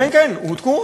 כן כן, הועתקו.